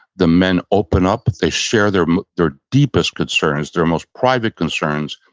the men open up. they share their their deepest concerns, their most private concerns.